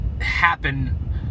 happen